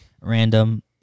random